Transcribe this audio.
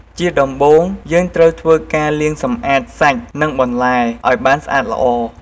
ជាដំបូងយើងត្រូវធ្វើការលាងសម្អាតសាច់និងបន្លែឲ្យបានស្អាតល្អ។